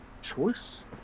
choice